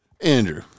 Andrew